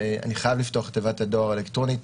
שאני חייב לפתוח את תיבת הדואר האלקטרונית